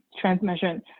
transmission